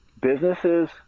Businesses